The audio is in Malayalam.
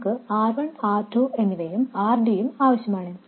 നമുക്ക് R1 R2 എന്നിവയും R D യും ആവശ്യമാണ്